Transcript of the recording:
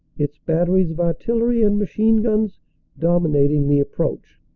its batteries of artillery and machine-guns dominating the approach.